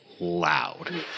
Loud